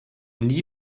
nie